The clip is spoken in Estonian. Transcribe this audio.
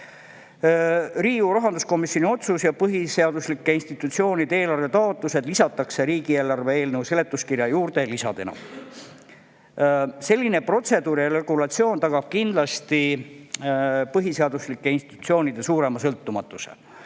Riigikogu rahanduskomisjoni otsus ja põhiseaduslike institutsioonide eelarvetaotlused lisatakse riigieelarve eelnõu seletuskirja juurde lisadena. Selline protseduur ja regulatsioon tagab kindlasti põhiseaduslike institutsioonide suurema sõltumatuse.